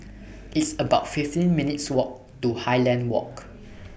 It's about fifteen minutes' Walk to Highland Walk